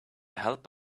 help